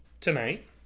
tonight